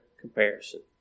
comparison